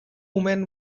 women